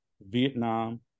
Vietnam